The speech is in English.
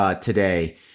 today